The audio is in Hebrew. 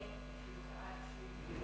אדוני,